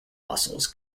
muscles